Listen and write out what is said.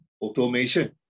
automation